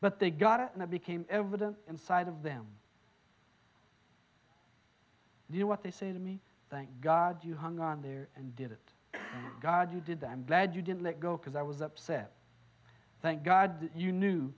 but they got it and it became evident inside of them what they say to me thank god you hung on there and did it god you did them glad you didn't let go because i was upset thank god you knew